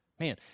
Man